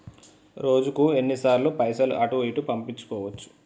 రోజుకు ఎన్ని సార్లు పైసలు అటూ ఇటూ పంపించుకోవచ్చు?